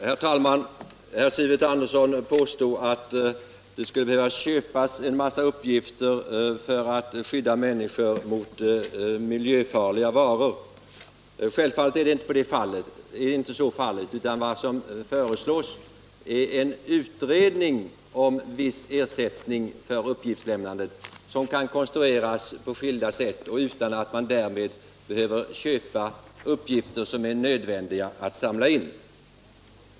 Herr talman! Herr Sivert Andersson påstår att det skulle behöva köpas en massa uppgifter för att skydda människor mot miljöfarliga varor. Självfallet är så inte fallet. Vad som föreslås är en utredning om viss ersättning för uppgiftslämnandet. En sådan ersättning kan konstrueras påskildasätt utan att man därmed behöver köpa uppgifter som är nödvändiga att samla in.